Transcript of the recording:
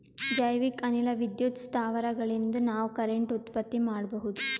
ಜೈವಿಕ್ ಅನಿಲ ವಿದ್ಯುತ್ ಸ್ಥಾವರಗಳಿನ್ದ ನಾವ್ ಕರೆಂಟ್ ಉತ್ಪತ್ತಿ ಮಾಡಬಹುದ್